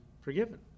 forgiven